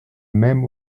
même